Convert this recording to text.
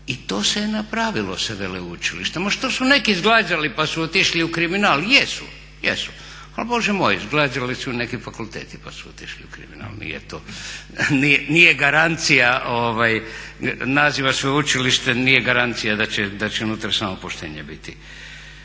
I to se je napravilo sa veleučilištem, ma što su neki zglajzali pa su otišli u kriminal jesu ali Bože moj zglajzali su neki fakulteti pa su otišli u kriminal nije garancija naziva sveučilište nije garancija da će unutra samo poštenje biti.